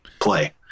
play